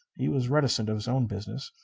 he was reticent of his own business,